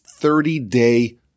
30-day